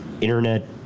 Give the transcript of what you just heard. internet